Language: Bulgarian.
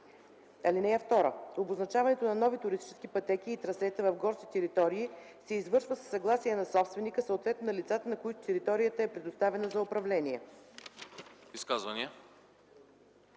трасе. (2) Обозначаването на нови туристически пътеки и трасета в горските територии се извършва със съгласие на собственика, съответно на лицата, на които територията е предоставена за управление.”